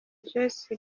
rejoice